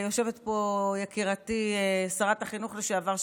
יושבת פה יקירתי שרת החינוך לשעבר,